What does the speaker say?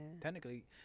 technically